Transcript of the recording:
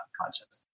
concept